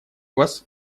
вас